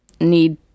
need